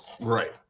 Right